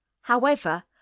However